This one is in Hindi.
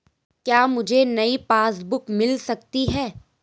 क्या मुझे नयी पासबुक बुक मिल सकती है?